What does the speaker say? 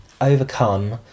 overcome